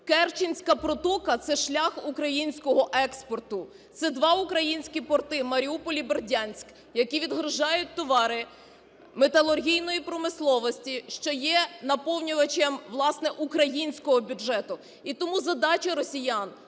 Керченська протока – це шлях українського експорту, це два українські порти - Маріуполь і Бердянськ, - які відгружають товари металургійної промисловості, що є наповнювачем, власне, українського бюджету. І тому задача росіян -